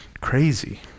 crazy